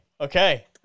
Okay